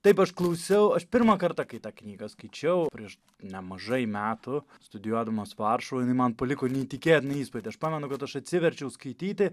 taip aš klausiau aš pirmą kartą kai tą knygą skaičiau prieš nemažai metų studijuodamas varšuvoj jinai man paliko neįtikėtiną įspūdį aš pamenu kad aš atsiverčiau skaityti